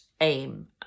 aim